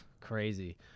crazy